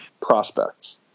prospects